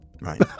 Right